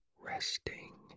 resting